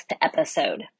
episode